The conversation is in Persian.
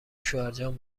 شوهرجان